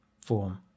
form